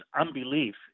unbelief